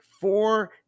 four